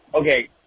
Okay